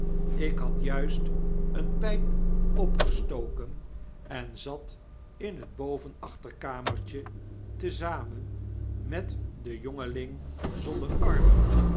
regende pypestelen ikhadjuist eene pyp opgestoken en zat in het boven-achterkamertje te zamen met den jongeling zonder armen